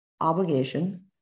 obligation